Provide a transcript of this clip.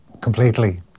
completely